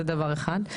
זה דבר אחד.